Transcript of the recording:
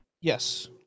yes